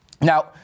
Now